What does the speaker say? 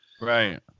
Right